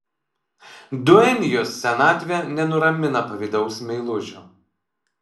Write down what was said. duenjos senatvė nenuramina pavydaus meilužio